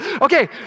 Okay